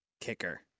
Kicker